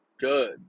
good